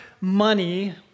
money